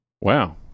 Wow